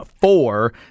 four